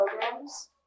programs